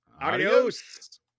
adios